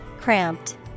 Cramped